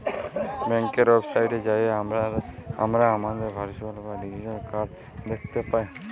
ব্যাংকের ওয়েবসাইটে যাঁয়ে আমরা আমাদের ভারচুয়াল বা ডিজিটাল কাড় দ্যাখতে পায়